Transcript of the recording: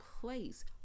place